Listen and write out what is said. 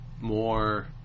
more